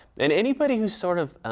and anybody who sort of,